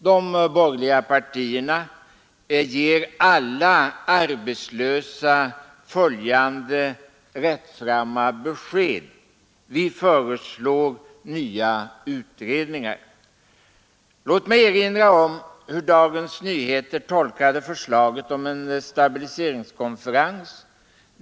De borgerliga partierna ger alla arbetslösa följande rättframma besked : Vi föreslår nya utredningar. Låt mig erinra om hur Dagens Nyheter tolkade förslaget om en stabiliseringskonferens.